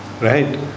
right